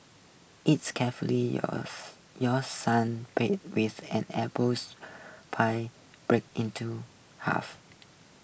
it's carefully yours your sun base an apples pie brake into half